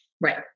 Right